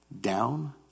down